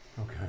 Okay